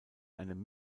einem